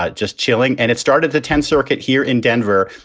ah just chilling. and it started the tenth circuit here in denver.